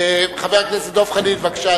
חבר הכנסת דב חנין, בבקשה,